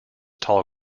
tall